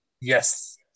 Yes